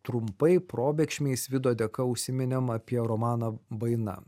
trumpai probėgšmiais vido dėka užsiminėm apie romaną vaina